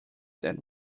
that